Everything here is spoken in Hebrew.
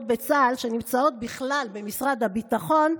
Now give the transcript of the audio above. בצה"ל שנמצאות בכלל במשרד הביטחון,